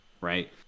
right